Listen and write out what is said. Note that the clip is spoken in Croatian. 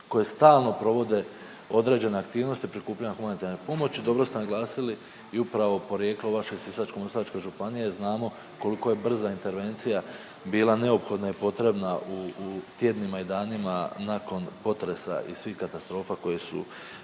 koje stalno provode određene aktivnosti prikupljanja humanitarne pomoći. Dobro ste naglasili i upravo porijeklo vaše Sisačko-moslavačke županije znamo koliko je brza intervencija bila neophodno je potrebna u tjednima i danima nakon potresa i svih katastrofa koje su